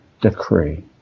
decree